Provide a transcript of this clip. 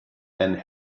and